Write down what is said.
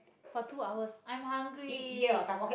for two hours i'm hungry